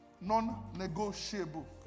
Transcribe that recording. Non-negotiable